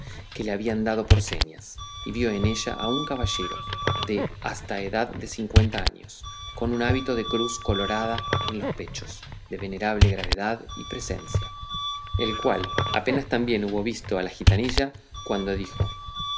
que le habían dado por señas y vio en ella a un caballero de hasta edad de cincuenta años con un hábito de cruz colorada en los pechos de venerable gravedad y presencia el cual apenas también hubo visto la gitanilla cuando dijo